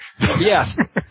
Yes